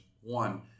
One